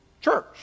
church